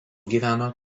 gyveno